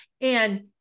and-